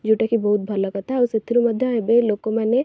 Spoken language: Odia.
ଯେଉଁଟାକି ବହୁତ ଭଲ କଥା ଆଉ ସେଥିରୁ ମଧ୍ୟ ଏବେ ଲୋକମାନେ